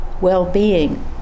well-being